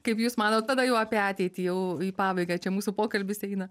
kaip jūs manot tada jau apie ateitį jau į pabaigą čia mūsų pokalbis eina